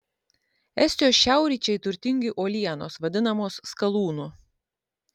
estijos šiaurryčiai turtingi uolienos vadinamos skalūnu